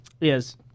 Yes